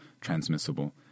transmissible